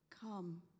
Come